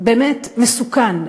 באמת מסוכן,